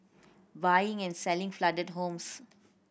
buying and selling flooded homes